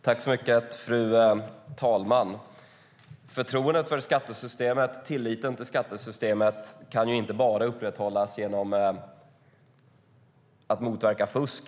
Fru talman! Förtroendet för skattesystemet och tilliten till skattesystemet kan inte bara upprätthållas genom att motverka fusk.